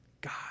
God